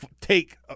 take